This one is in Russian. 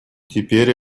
теперь